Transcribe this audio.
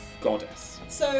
Goddess